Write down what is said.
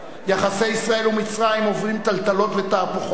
יחסי ישראל ומצרים עוברים טלטלות ותהפוכות,